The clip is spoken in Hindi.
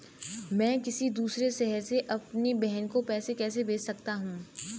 मैं किसी दूसरे शहर से अपनी बहन को पैसे कैसे भेज सकता हूँ?